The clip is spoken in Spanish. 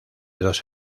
dos